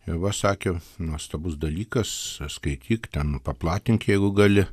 ir va sakė nuostabus dalykas skaityk ten paplatink jeigu gali